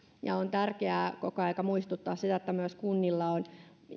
on tärkeää koko ajan muistuttaa siitä että kunnilla myös on